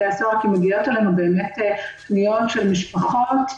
הסוהר כי מגיעות אלינו באמת פניות של משפחות,